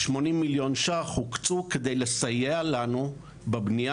הוקצו לנו 80 מיליון שקלים כדי לסייע לנו בבנייה.